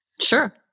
sure